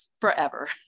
forever